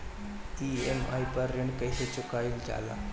EMI पर ऋण कईसे चुकाईल जाला?